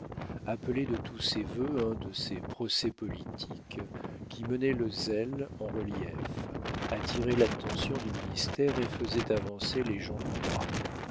appelait de tous ses vœux un de ces procès politiques qui mettaient le zèle en relief attiraient l'attention du ministère et faisaient avancer les gens du roi